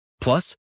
Plus